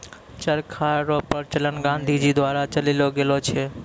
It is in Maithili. चरखा रो प्रचलन गाँधी जी द्वारा चलैलो गेलो छै